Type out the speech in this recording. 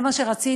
זה מה שרצית,